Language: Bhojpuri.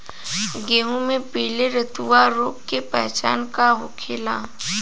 गेहूँ में पिले रतुआ रोग के पहचान का होखेला?